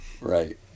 Right